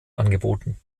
angeboten